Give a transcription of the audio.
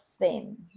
thin